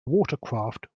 watercraft